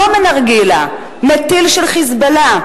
לא מנרגילה, מטיל של "חיזבאללה"?